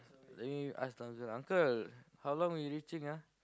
then you ask the uncle uncle how long we reaching ah